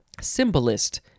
Symbolist